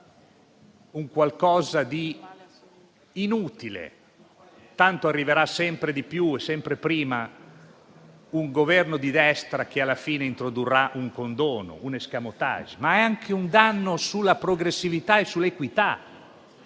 sono qualcosa di inutile (tanto arriverà, sempre di più e sempre prima, un Governo di destra che alla fine introdurrà un condono, un *escamotage*) e state anche creando un danno sulla progressività e sull'equità,